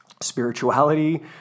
spirituality